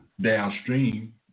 downstream